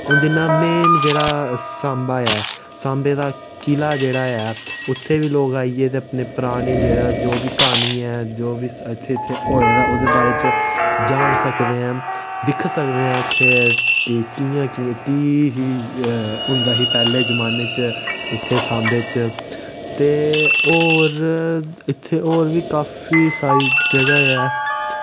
हून जि'यां मेन जेह्ड़ा सांबा ऐ सांबे दा किला जेह्ड़ा उत्थै बी लोग आइयै ते अपने पराने जेह्ड़े जो बी क्हानी ऐ जो बी इत्थै होए दा ओह्दे बारे च जाह्न सकदे ऐं दिक्ख सकदे ऐं उत्थै कि कि'यां कि'यां केह् होंदा ही पैह्लें जमाने च इत्थै सांबे च ते होर इत्थै होर बी काफी सारी जगह ऐ